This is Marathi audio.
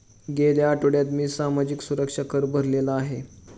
गेल्या आठवड्यात मी सामाजिक सुरक्षा कर भरलेला आहे